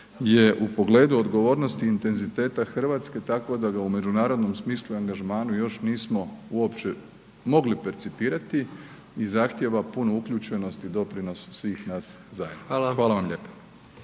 je u pogledu odgovornosti intenziteta RH tako da ga u međunarodnom smislu i angažmanu još nismo uopće mogli percipirati i zahtjeva puno uključenosti doprinosa svih nas zajedno …/Upadica: